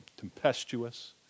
tempestuous